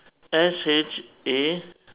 S H A